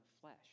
flesh